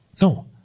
No